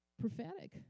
prophetic